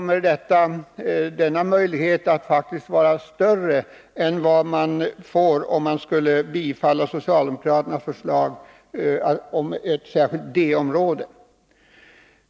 Möjligheten att åstadkomma detta är faktiskt större om man följer det förslaget än om man skulle bifalla socialdemokraternas förslag om ett särskilt D-område.